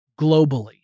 globally